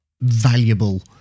valuable